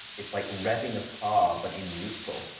it's, like, revving a car but in neutral.